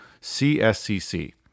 CSCC